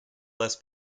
less